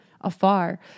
afar